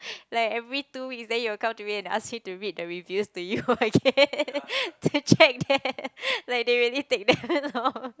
like every two weeks then you'll come to me and ask me to read the reviews to you again to check that like they really take damn long